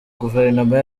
guverinoma